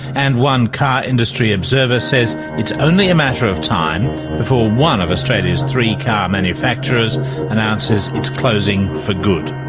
and one car industry observer says it's only a matter of time before one of australia's three car manufacturers announces it's closing for good.